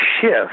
shift